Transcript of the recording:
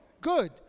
good